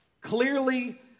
clearly